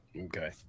Okay